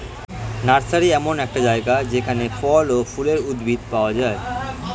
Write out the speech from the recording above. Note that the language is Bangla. নার্সারি এমন একটি জায়গা যেখানে ফল ও ফুলের উদ্ভিদ পাওয়া যায়